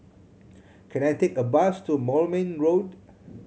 can I take a bus to Moulmein Road